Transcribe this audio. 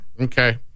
Okay